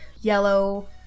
yellow